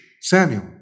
Samuel